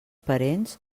parents